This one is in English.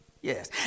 Yes